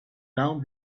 down